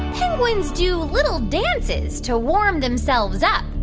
penguins do little dances to warm themselves up?